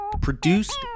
Produced